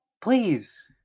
please